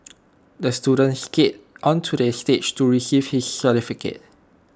the student skated onto the stage to receive his certificate